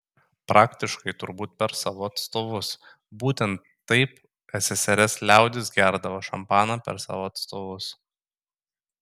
praktiškai turbūt per savo atstovus būtent taip ssrs liaudis gerdavo šampaną per savo atstovus